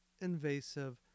invasive